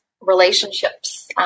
relationships